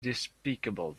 despicable